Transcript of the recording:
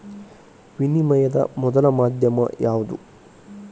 ವಿನಿಮಯದ ಮೊದಲ ಮಾಧ್ಯಮ ಯಾವ್ದು